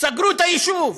סגרו את היישוב.